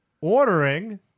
ordering